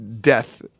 Death